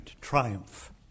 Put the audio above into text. triumph